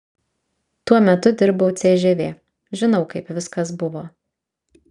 tuo metu dirbau cžv žinau kaip viskas buvo